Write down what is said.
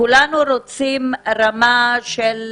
כולנו רוצים רמה גבוהה של